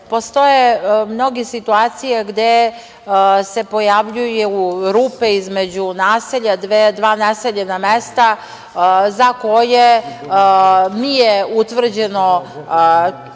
postoje mnoge situacije gde se pojavljuje u rupe između dva naseljena mesta za koje nije utvrđeno